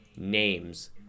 names